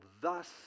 Thus